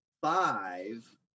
five